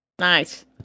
Nice